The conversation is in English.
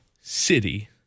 city